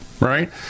right